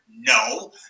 No